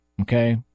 okay